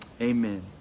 amen